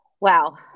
Wow